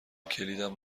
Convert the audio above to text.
کلیدم